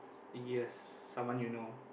yes someone you know